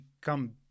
come